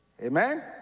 Amen